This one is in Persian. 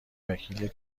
وکیل